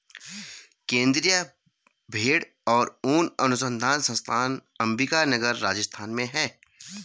केन्द्रीय भेंड़ और ऊन अनुसंधान संस्थान अम्बिका नगर, राजस्थान में है